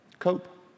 cope